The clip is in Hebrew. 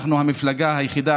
אנחנו המפלגה היחידה,